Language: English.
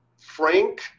Frank